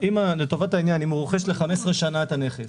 לטובת העניין, אם הוא רוכש ל-15 שנים את הנכס